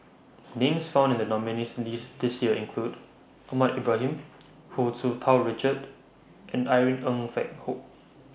Names found in The nominees' list This Year include Ahmad Ibrahim Hu Tsu Tau Richard and Irene Ng Phek Hoong